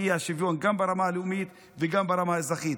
שלא, אשמח לדבר גם בעברית, יש לי דקה.